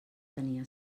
tenia